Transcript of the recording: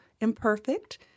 imperfect